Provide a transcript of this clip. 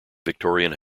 victorian